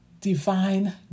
divine